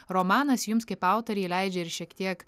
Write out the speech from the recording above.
romanas jums kaip autorei leidžia ir šiek tiek